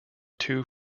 two